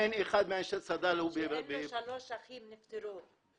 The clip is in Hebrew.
אין אחד מאנשי צד"ל --- שלושה אחים נפטרו,